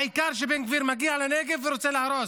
העיקר שבן גביר מגיע לנגב ורוצה להרוס.